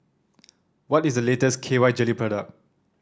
what is the latest K Y Jelly product